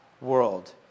world